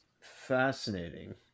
fascinating